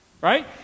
Right